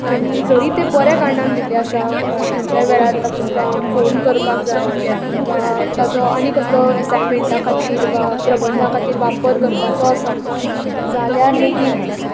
आनी जरी ते बऱ्या कारणांक दिल्ले आसा वा खंयच्याय वेळार तांकां फोन करपाक जाय वा ताचो आनी कसलो असायमँटा खातीर वा प्रबंधा खातीर वापर करपाचो आसा जाल्यार लेगीत